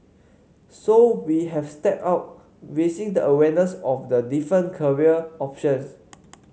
so we have stepped up raising the awareness of the different career options